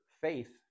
faith